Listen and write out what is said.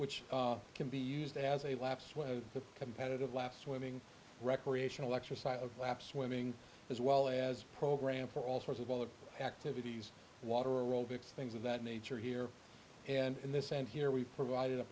which can be used as a laps with the competitive laps swimming recreational exercise of lap swimming as well as program for all sorts of other activities water aerobics things of that nature here and in this and here we provided a